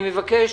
אני מבקש